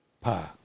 pie